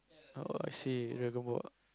oh I see dragon-ball ah